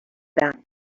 back